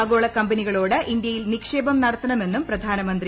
ആഗോള കമ്പനികളോട് ഇന്തൃയിൽ നിക്ഷേപം നടത്തണമെന്നും പ്രധാനമന്ത്രി